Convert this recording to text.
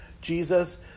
jesus